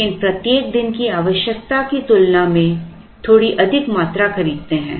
लेकिन प्रत्येक दिन की आवश्यकता की तुलना में थोड़ी अधिक मात्रा खरीदते हैं